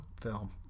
film